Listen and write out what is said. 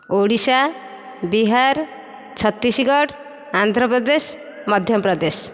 Odisha Bihar Chhattisgarh Andhra Pradesh Madhya Pradesh